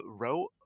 wrote